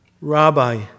Rabbi